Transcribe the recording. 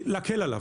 להקל עליו.